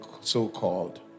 so-called